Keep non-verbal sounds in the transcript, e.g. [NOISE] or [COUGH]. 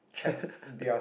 [LAUGHS]